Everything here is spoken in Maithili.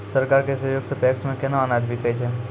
सरकार के सहयोग सऽ पैक्स मे केना अनाज बिकै छै?